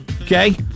okay